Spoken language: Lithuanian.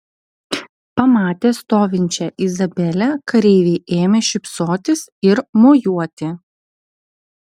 pamatę stovinčią izabelę kareiviai ėmė šypsotis ir mojuoti